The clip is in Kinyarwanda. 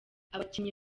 abakinnyi